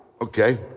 Okay